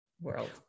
world